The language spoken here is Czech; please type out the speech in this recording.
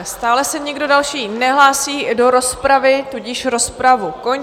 Stále se nikdo další nehlásí do rozpravy, tudíž rozpravu končím.